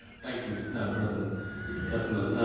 thank you president kesselman.